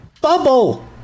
bubble